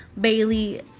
Bailey